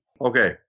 Okay